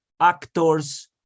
actors